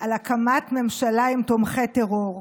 על הקמת ממשלה עם תומכי טרור.